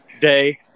day